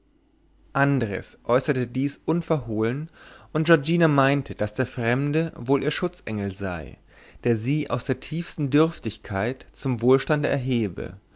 andres äußerte dies unverhohlen und giorgina meinte daß der fremde wohl ihr schutzengel sei der sie aus der tiefsten dürftigkeit zum wohlstande erhebe